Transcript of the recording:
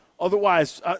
Otherwise